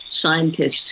scientists